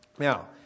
Now